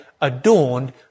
adorned